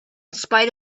spite